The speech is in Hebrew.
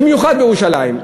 במיוחד בירושלים,